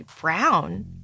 brown